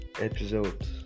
episode